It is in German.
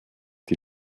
die